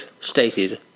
stated